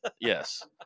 Yes